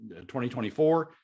2024